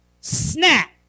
Snap